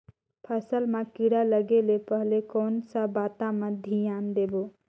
फसल मां किड़ा लगे ले पहले कोन सा बाता मां धियान देबो?